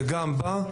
וגם בה,